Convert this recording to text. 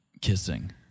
kissing